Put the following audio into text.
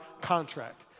contract